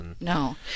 No